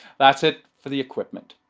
that's it for the equipment.